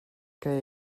que